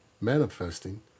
manifesting